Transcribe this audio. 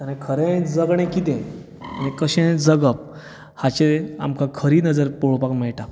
खरें जगणें कितें आनी कशें जगप हाचें आमकां खरी नजर पळोवपाक मेळटा